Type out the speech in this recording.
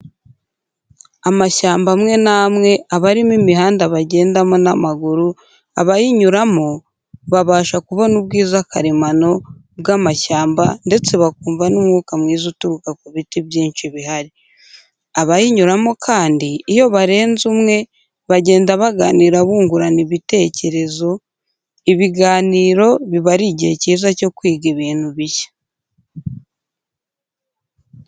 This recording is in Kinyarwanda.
Amashyamba amwe n'amwe aba arimo imihanda bagendamo n'amaguru, abayinyuramo babasha kubona ubwiza karemano bw'amashyamba, ndetse bakumva n'umwuka mwiza uturuka ku biti byinshi bihari. Abayinyuramo kandi iyo barenze umwe, bagenda baganira bungurana ibitekerezo, ibiganiro biba ari igihe cyiza cyo kwiga ibintu bishya.